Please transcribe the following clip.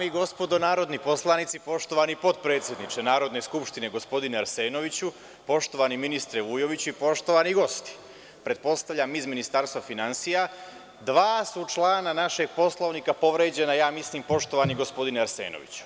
Dame i gospodo narodni poslanici, poštovani potpredsedniče Narodne skupštine, gospodine Arsenoviću, poštovani ministre Vujoviću i poštovani gosti, pretpostavljam iz Ministarstva finansija, dva su člana našeg Poslovnika povređena, ja mislim, poštovani gospodine Arsenoviću.